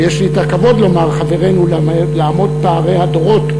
ויש לי הכבוד לומר "חברנו" למרות פערי הדורות,